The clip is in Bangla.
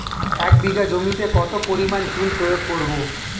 এক বিঘা জমিতে কত পরিমাণ চুন প্রয়োগ করব?